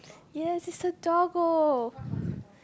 yes it's a doggo